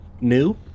new